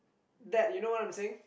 that you know I'm saying